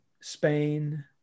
Spain